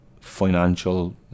financial